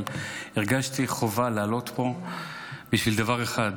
הרגשתי חובה לעלות לפה בשביל דבר אחד,